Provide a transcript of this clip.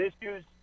issues